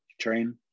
train